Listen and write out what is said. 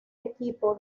equipo